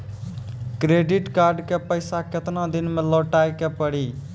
Credit card के पैसा केतना दिन मे लौटाए के पड़ी?